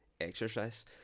exercise